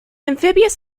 amphibious